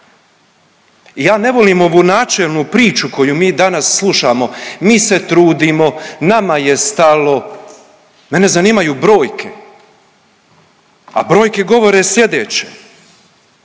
Ja ne volim ovu načelnu priču koju mi danas slušamo, mi se trudimo, nama je stalo. Mene zanimaju brojke, a brojke govore slijedeće.